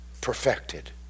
perfected